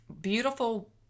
beautiful